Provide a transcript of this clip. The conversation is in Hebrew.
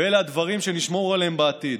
ואלה הדברים שנשמור עליהם בעתיד.